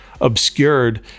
obscured